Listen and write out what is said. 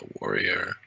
warrior